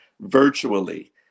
virtually